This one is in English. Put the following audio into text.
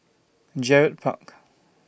Gerald Park